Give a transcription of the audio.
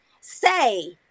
Say